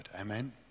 Amen